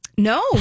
No